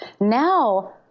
Now